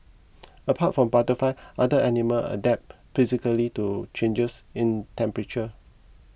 apart from butterfly other animal adapt physically to changes in temperature